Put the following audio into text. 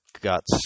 Guts